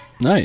Nice